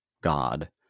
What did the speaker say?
God